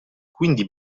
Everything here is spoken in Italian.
quindi